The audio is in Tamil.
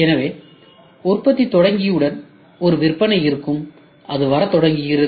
எனவே உற்பத்தி தொடங்கியவுடன் ஒரு விற்பனை வரத் தொடங்குகிறது